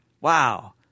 Wow